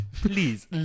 please